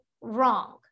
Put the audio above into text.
wrong